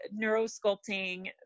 neurosculpting